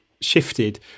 shifted